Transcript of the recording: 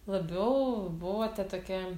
labiau buvote tokia